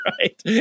right